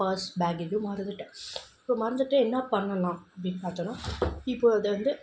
purse bag ஏதோ மறந்துட்டேன் இப்போ மறந்துட்டு என்ன பண்ணலாம் அப்படின்னு பார்த்தோன்னா இப்போது அதை வந்து